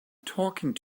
talking